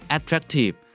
Attractive